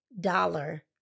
dollar